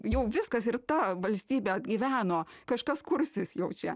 jau viskas ir ta valstybė atgyveno kažkas kurstys jau čia